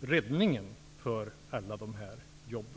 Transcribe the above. räddningen för alla dessa jobb.